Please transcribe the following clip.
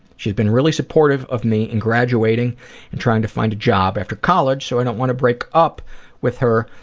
she's been really supportive of me in graduating and trying to find a job after college, so i don't want to break up with her.